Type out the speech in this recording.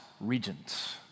regents